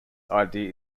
idea